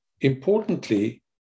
Importantly